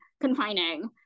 confining